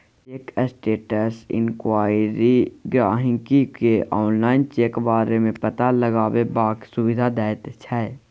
cheque status enquiry गाहिंकी केँ online check बारे मे पता लगेबाक सुविधा दैत छै